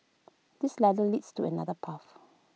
this ladder leads to another path